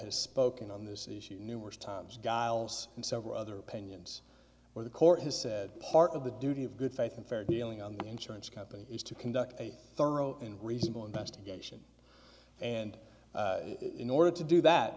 has spoken on this issue numerous times giles and several other opinions where the court has said part of the duty of good faith and fair dealing on the insurance company is to conduct a thorough and reasonable investigation and in order to do that